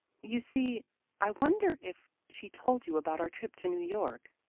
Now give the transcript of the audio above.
you see i wonder if she told you about our trip to new york?